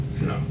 No